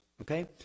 okay